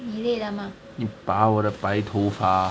你拔我的白头发